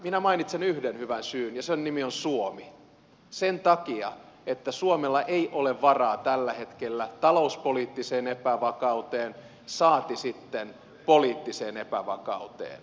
minä mainitsen yhden hyvän syyn ja sen nimi on suomi sen takia että suomella ei ole varaa tällä hetkellä talouspoliittiseen epävakauteen saati sitten poliittiseen epävakauteen